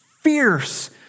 fierce